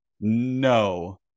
No